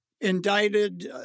indicted